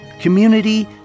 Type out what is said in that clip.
community